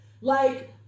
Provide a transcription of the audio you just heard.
Like-